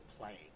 playing